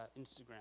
Instagram